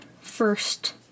first